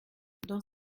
dans